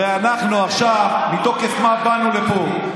הרי אנחנו עכשיו, מתוקף מה באנו לפה?